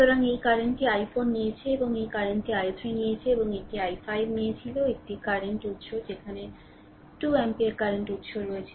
সুতরাং এই কারেন্টটি i4 নিয়েছে এবং এই কারেন্টটি i3 নিয়েছে এবং এইটি i5 নিয়েছিল একটি কারেন্ট উৎস সেখানে 2 অ্যাম্পিয়ার কারেন্ট উত্স রয়েছে